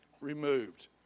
removed